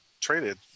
traded